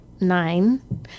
nine